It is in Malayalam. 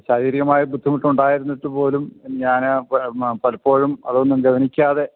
ശാരീരികമായ ബുദ്ധിമുട്ട് ഉണ്ടായിരുന്നിട്ടു പോലും ഞാന് പലപ്പോഴും അതൊന്നും ഗൗനിക്കാതെ